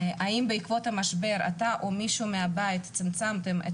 האם בעקבות המשבר אתה או מישהו מהבית צמצמתם את